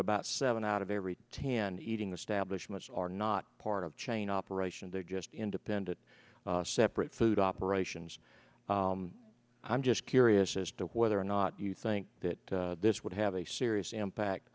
about seven out of every hand eating the stablish much are not part of chain operation they're just independent separate food operations i'm just curious as to whether or not you think that this would have a serious impact